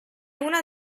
una